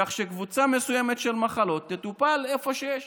כך שקבוצה מסוימת של מחלות תטופל איפה שיש